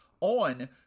on